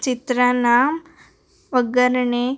ಚಿತ್ರಾನ್ನ ಒಗ್ಗರಣೆ